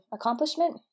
accomplishment